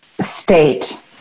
state